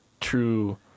true